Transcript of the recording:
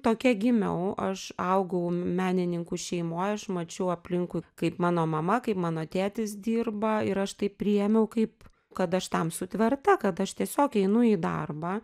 tokia gimiau aš augau menininkų šeimoj aš mačiau aplinkui kaip mano mama kaip mano tėtis dirba ir aš tai priėmiau kaip kad aš tam sutverta kad aš tiesiog einu į darbą